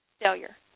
failure